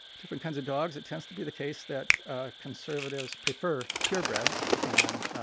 different kinds of dogs it tends to be the case that ah conservatives prefer purebreds. and